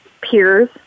peers